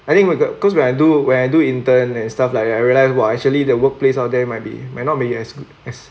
I think we've got cause when I do when I do intern and stuff like that I realized !whoa! actually the workplace all there might be might not be as good as